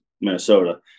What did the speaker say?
minnesota